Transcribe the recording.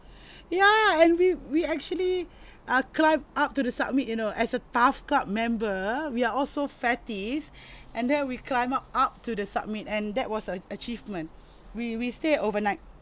ya and we we actually uh climb up to the summit you know as a TAF club member we are all so fatties and then we climb up up to the summit and that was a achievement we we stay overnight